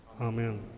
Amen